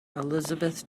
elizabeth